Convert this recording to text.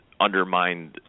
undermined